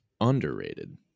underrated